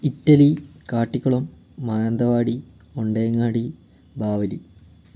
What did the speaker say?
Italy Kattikkulam Mananthavady Ondayangadi Bavali